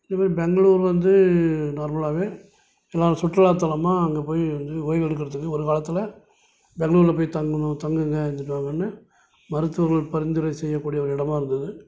even Bangalore வந்து நார்மலாகவே எல்லாம் சுற்றுலா தலமாக அங்கே போய் வந்து ஒய்வு எடுக்கிறதுக்கு ஒரு காலத்தில் பெங்களூரில் போய் தங்கணும் தங்குங்கன்னு தங்குங்கன்னு மருத்துவர்கள் பரிந்துரை செய்யக்கூடிய ஒரு இடமாக இருந்துது